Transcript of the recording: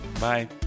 Bye